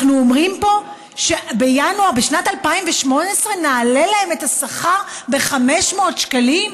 אנחנו אומרים פה שבינואר בשנת 2018 נעלה להם את השכר ב-500 שקלים,